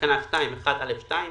בתקנה 12(א)(2),